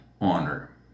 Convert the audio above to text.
honor